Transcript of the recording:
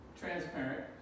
transparent